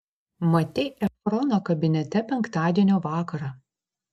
matei efrono kabinete penktadienio vakarą